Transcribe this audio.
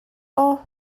اوه